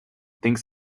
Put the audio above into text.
thinks